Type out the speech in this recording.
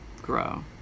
grow